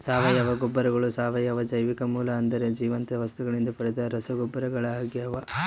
ಸಾವಯವ ಗೊಬ್ಬರಗಳು ಸಾವಯವ ಜೈವಿಕ ಮೂಲ ಅಂದರೆ ಜೀವಂತ ವಸ್ತುಗಳಿಂದ ಪಡೆದ ರಸಗೊಬ್ಬರಗಳಾಗ್ಯವ